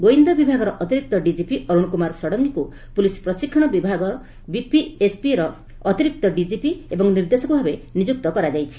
ଗୋଇନ୍ଦା ବିଭାଗର ଅତିରିକ୍ତ ଡିକିପି ଅରୁଣ କୁମାର ଷଡ଼ଙ୍ଗୀଙ୍କୁ ପୁଲିସ୍ ପ୍ରଶିକ୍ଷଣ ବିଭାଗ ବିପିଏସ୍ପିଏ ର ଅତିରିକ୍ତ ଡିକିପି ଏବଂ ନିର୍ଦ୍ଦେଶକ ଭାବେ ନିଯୁକ୍ତ କରାଯାଇଛି